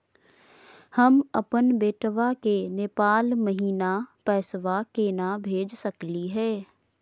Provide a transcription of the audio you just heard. हम अपन बेटवा के नेपाल महिना पैसवा केना भेज सकली हे?